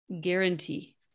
guarantee